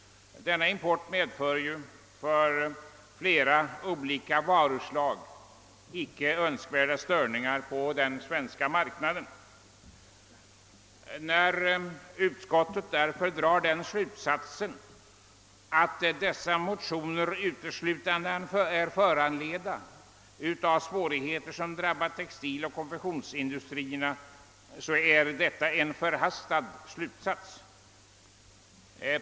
Denna import medför för flera olika varuslag störningar på den svenska marknaden. När därför utskottet drar den slutsatsen att dessa motioner uteslutande är föranledda av svårigheter som drabbat textiloch konfektionsindustrierna, är detta en förhastad slutsats.